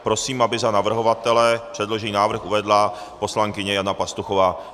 Prosím, aby za navrhovatele předložený návrh uvedla poslankyně Jana Pastuchová.